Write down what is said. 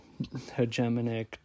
hegemonic